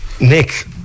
Nick